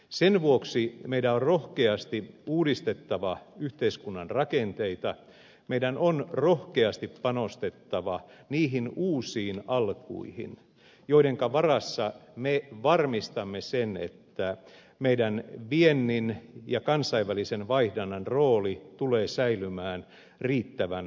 sen vuoksi meidän on rohkeasti uudistettava yhteiskunnan rakenteita meidän on rohkeasti panostettava niihin uusiin alkuihin joidenka varassa me varmistamme sen että meidän viennin ja kansainvälisen vaihdannan rooli tulee säilymään riittävän vahvana